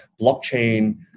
blockchain